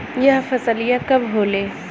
यह फसलिया कब होले?